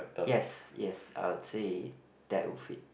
yes yes I would say that would fit